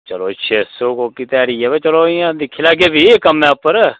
चलो छे कोह्की केह्ड़ी ध्याड़ी ऐ बाऽ चलो इंया दिक्खी लैगे भी कम्मां उप्पर